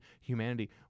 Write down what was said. humanity